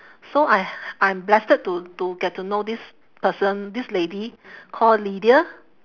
so I I'm blessed to to get to know this person this lady called lydia